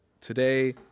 today